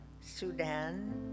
Sudan